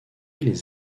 les